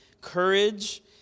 courage